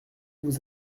vous